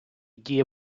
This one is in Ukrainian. діє